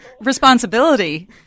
responsibility